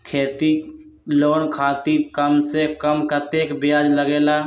खेती लोन खातीर कम से कम कतेक ब्याज लगेला?